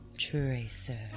Tracer